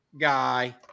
guy